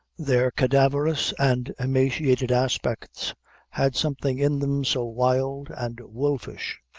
their cadaverous and emaciated aspects had something in them so wild and wolfish,